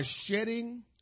shedding